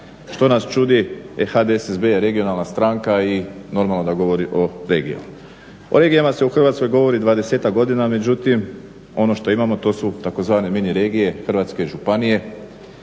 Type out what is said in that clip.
što nas čudi jer HDSSB je regionalna stranka i normalno da govori o regijama. O regijama se u Hrvatskoj govori 20-tak godina, međutim ono što imamo to su tzv. mini regije Hrvatske županije